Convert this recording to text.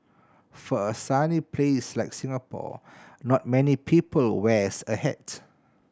for a sunny place like Singapore not many people wear a hat